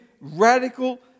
radical